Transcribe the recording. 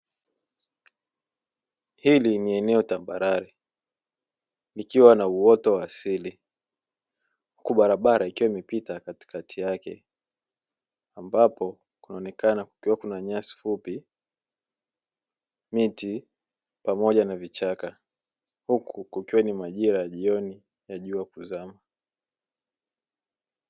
Hili ni eneo tambarare likiwa na uoto wa asili, huku barabara ikiwa imepita katikati yake ambapo kunaonekana kukiwa kuna nyasi fupi, miti pamoja na vichaka; huku kukiwa ni majira ya jioni ya jua kuzama.